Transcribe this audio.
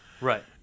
Right